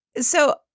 So-